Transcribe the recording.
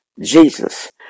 Jesus